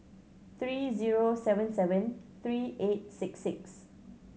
three zero seven seven three eight six six